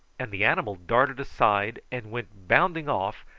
and the animal darted aside and went bounding off,